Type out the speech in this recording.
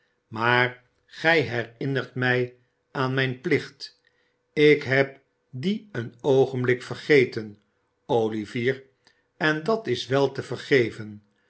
jvlaar gij herinnert mij aan mijn plicht ik heb dien een oogenb ik vergeten olivier en dat is wel te vergeven